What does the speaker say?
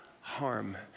Harm